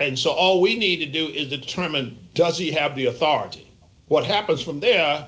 and so all we need to do is determine does he have the authority what happens from there